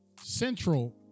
Central